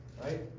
Right